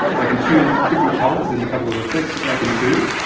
they can choose different colours, there's a couple of effects that they can choose.